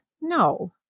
No